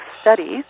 studies